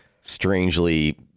strangely